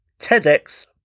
TEDx